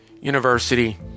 University